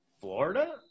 Florida